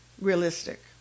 realistic